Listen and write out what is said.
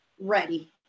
ready